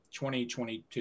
2022